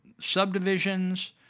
subdivisions